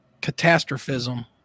catastrophism